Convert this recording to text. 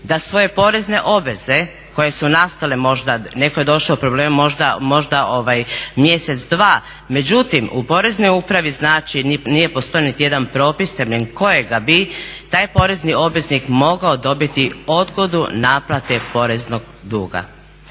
da svoje porezne obveze koje su nastale možda, neko je došao u probleme možda mjesec dva, međutim u poreznoj upravni znači nije postojao ni jedan propis temeljem kojega bi taj porezni obveznik mogao dobiti odgodu naplate poreznog duga.